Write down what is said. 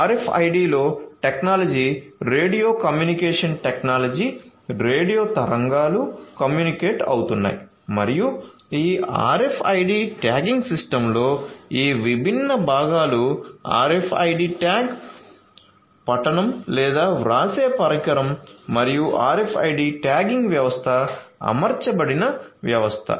RFID లో technology radio communication technology radio తరంగాలు communicate అవుతున్నాయి మరియు ఈ RFID ట్యాగింగ్ సిస్టమ్లో ఈ విభిన్న భాగాలు RFID ట్యాగ్ పఠనం లేదా వ్రాసే పరికరం మరియు RFID ట్యాగింగ్ వ్యవస్థ అమర్చబడిన వ్యవస్థ